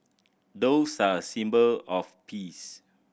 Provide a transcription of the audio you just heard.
doves are a symbol of peace